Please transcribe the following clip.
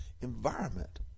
environment